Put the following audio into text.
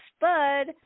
bud